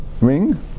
ring